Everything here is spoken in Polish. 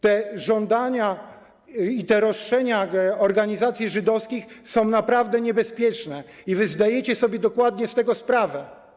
Te żądania i te roszczenia organizacji żydowskich są naprawdę niebezpieczne i zdajecie sobie dokładnie z tego sprawę.